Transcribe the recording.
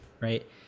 right